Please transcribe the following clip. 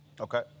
Okay